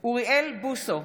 אוריאל בוסו,